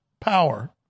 power